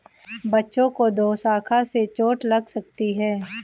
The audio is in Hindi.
बच्चों को दोशाखा से चोट लग सकती है